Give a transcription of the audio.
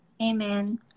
Amen